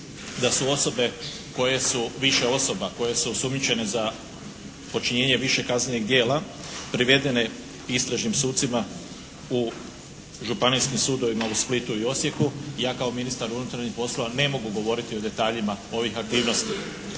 da su osobe koje su, više osoba koje su osumnjičene za počinjenje više kaznenih djela privedene istražnim sucima u Županijskim sudovima u Splitu i Osijeku, ja kao ministar unutarnjih poslova ne mogu govoriti o detaljima ovih aktivnosti.